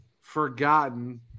forgotten